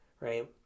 right